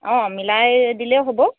অ মিলাই দিলেও হ'ব